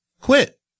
quit